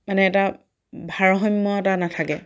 মানে এটা ভাৰসাম্য এটা নাথাকে